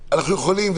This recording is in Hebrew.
יכולים,